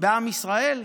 בעם ישראל?